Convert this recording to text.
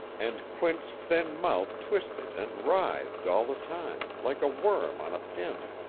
and quint's thin mouth twisted and writhed all the time like a worm on a pin.